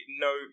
no